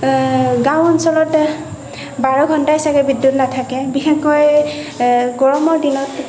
গাঁও অঞ্চলতে বাৰ ঘণ্টাই চাগে বিদ্যুত নাথাকে বিশেষকৈ গৰমৰ দিনত